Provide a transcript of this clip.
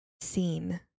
seen